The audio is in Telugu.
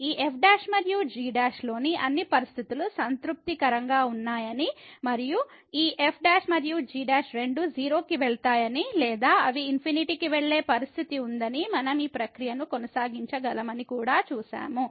ఈ f1 మరియు g లోని అన్ని పరిస్థితులు సంతృప్తికరంగా ఉన్నాయని మరియు ఈ f మరియు g రెండూ 0 కి వెళ్తాయని లేదా అవి ∞ కి వెళ్ళే పరిస్థితి ఉందని మనం ఈ ప్రక్రియను కొనసాగించగలమని కూడా చూశాము